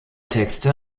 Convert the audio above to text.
texte